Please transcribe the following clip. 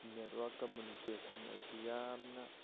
network communication ꯑꯁꯤ ꯌꯥꯝꯅ